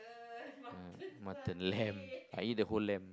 ah mutton lamb I eat the whole lamb